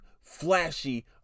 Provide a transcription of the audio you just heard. flashy